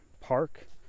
park